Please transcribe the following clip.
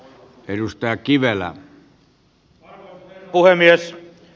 arvoisa herra puhemies